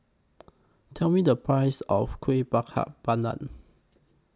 Tell Me The Price of Kuih Bakar Pandan